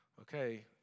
Okay